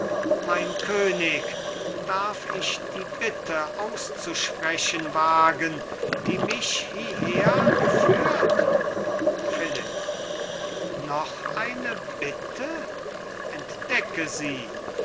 mein könig darf ich die bitte auszusprechen wagen die mich hierher geführt philipp noch eine bitte entdecke sie